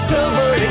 Silver